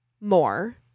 more